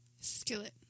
Skillet